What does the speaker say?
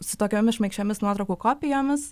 su tokiomis šmaikščiomis nuotraukų kopijomis